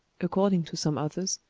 according to some authors,